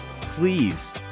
please